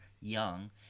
young